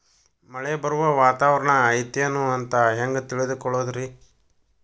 ಮಳೆ ಬರುವ ವಾತಾವರಣ ಐತೇನು ಅಂತ ಹೆಂಗ್ ತಿಳುಕೊಳ್ಳೋದು ರಿ?